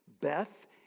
Beth